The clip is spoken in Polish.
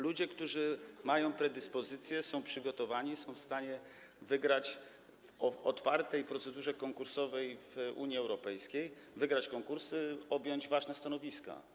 Ludzie, którzy mają predyspozycje, są przygotowani, są w stanie wygrać w otwartej procedurze konkursowej w Unii Europejskiej, wygrać konkursy, objąć ważne stanowiska.